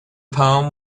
poem